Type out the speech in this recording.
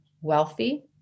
wealthy